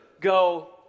go